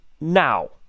now